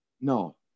No